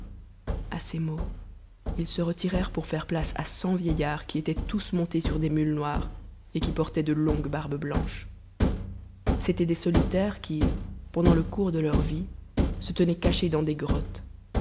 a ces mots ils se retirèrent pour faire place à cent vieillards qui étaient tous montés sur des mules noires et qui portaient de longues barbes blanches c'étaient des solitaires qui pendant le cours de leur vie se tenaient cachés dans des grottes